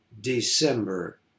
December